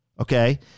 okay